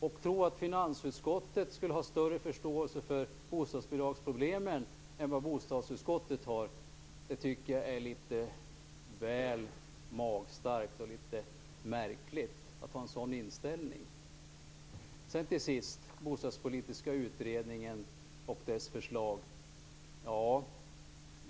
Att tro att finansutskottet skulle ha större förståelse för bostadsbidragsproblemen än vad bostadsutskottet har är väl magstarkt och litet märkligt. Den sista punkten gällde den bostadspolitiska utredningen och dess förslag.